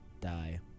die